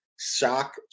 Shock